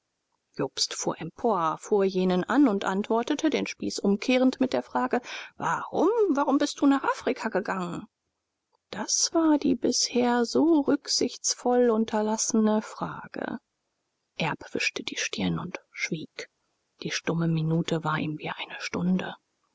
jobst fuhr empor fuhr jenen an und antwortete den spieß umkehrend mit der frage warum warum bist du nach afrika gegangen das war die bisher so rücksichtsvoll unterlassene frage erb wischte die stirn und schwieg die stumme minute war ihm wie eine stunde